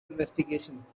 investigations